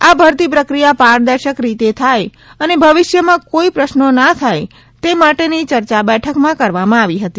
આ ભરતી પ્રક્રીયા પારદર્શક રીતે થાય અને ભવિષ્યમાં કોઇ પ્રશ્નો ના થાય તે માટેની ચર્ચા બેઠકમાં કરવામાં આવી હતી